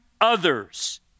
others